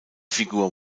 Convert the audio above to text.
figur